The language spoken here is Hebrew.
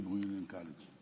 להיברו יוניון קולג'.